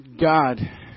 God